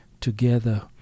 together